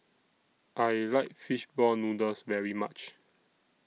I like Fish Ball Noodles very much